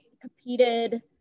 competed